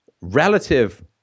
relative